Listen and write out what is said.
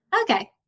okay